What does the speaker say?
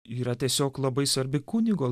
yra tiesiog labai svarbi kunigo